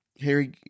Harry